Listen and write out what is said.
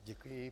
Děkuji.